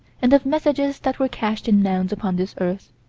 and of messages that were cached in mounds upon this earth.